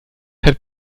hat